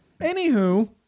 Anywho